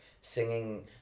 singing